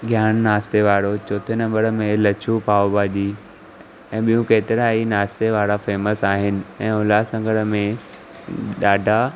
ज्ञान नाश्ते वारो चोथें नंबर में लछू पाव भाॼी ऐं ॿियूं केतिरा ई नाश्ते वारा फ़ेमस आहिनि ऐं उल्हासनगर में ॾाढा